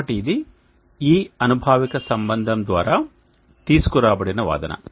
కాబట్టి ఇది ఈ అనుభావిక సంబంధం ద్వారా తీసుకురాబడిన వాదన